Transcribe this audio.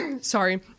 Sorry